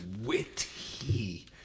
witty